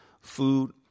food